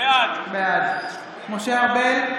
בעד משה ארבל,